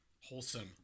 wholesome